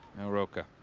rocca.